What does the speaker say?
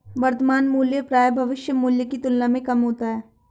वर्तमान मूल्य प्रायः भविष्य मूल्य की तुलना में कम होता है